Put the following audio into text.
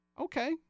okay